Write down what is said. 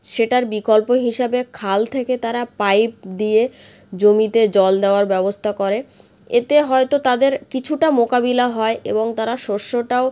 সেটার বিকল্প হিসাবে খাল থেকে তারা পাইপ দিয়ে জমিতে জল দেওয়ার ব্যবস্থা করে এতে হয়তো তাদের কিছুটা মোকাবিলা হয় এবং তারা শস্যটাও